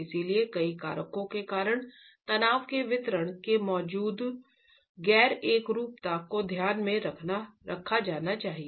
इसलिए कई कारकों के कारण तनाव के वितरण में मौजूद गैर एकरूपता को ध्यान में रखा जाना चाहिए